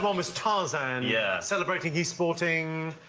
um um was tarzan? yeah. celebrating his sporting?